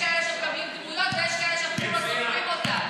יש כאלה שמקבלים דמויות ויש כאלה שאפילו לא סופרים אותם.